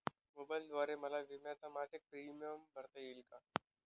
मोबाईलद्वारे मला विम्याचा मासिक प्रीमियम भरता येईल का?